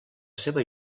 seva